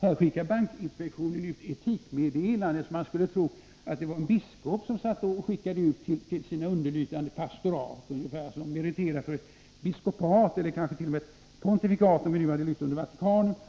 Här skickar bankinspektionen ut etikmeddelanden, så att man skulle kunna tro att det var en biskop som satt och skickade ut meddelanden till sina underlydande pastorat, där det gällde att meritera sig för ett bättre episkopat eller kansket.o.m. ett pontifikat, om vi hade lytt under Vatikanen.